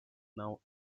now